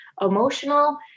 emotional